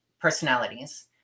personalities